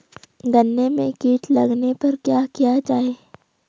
गन्ने में कीट लगने पर क्या किया जाये?